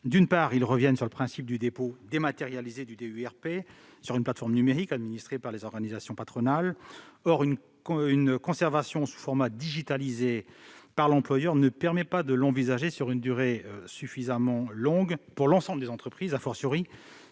tendent à revenir sur le principe du dépôt dématérialisé du DUERP sur une plateforme numérique administrée par les organisations patronales. Or sa conservation sous un format digitalisé par l'employeur ne permet pas d'envisager celle-ci sur une durée suffisamment longue pour l'ensemble des entreprises, pour